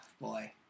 boy